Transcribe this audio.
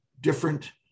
different